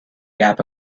gap